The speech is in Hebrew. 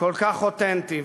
וכל-כך אותנטי.